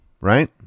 right